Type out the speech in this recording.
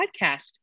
podcast